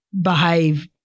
behave